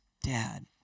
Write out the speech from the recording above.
Dad